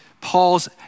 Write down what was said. Paul's